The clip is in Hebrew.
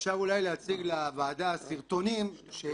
אפשר אולי להציג לוועדה סרטונים של